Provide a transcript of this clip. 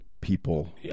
people